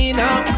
now